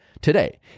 today